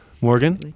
morgan